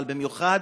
אבל במיוחד